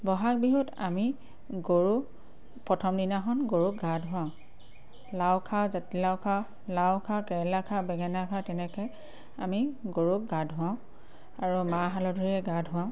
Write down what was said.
বহাগ বিহুত আমি গৰুক প্ৰথম দিনাখন গৰুক গা ধুৱাওঁ লাও খাওঁ জাতিলাও খাওঁ লাও খাওঁ কেৰেলা খাওঁ বেঙেনা খা তেনেকৈ আমি গৰুক গা ধুৱাওঁ আৰু মাহ হালধিৰে গা ধুৱাওঁ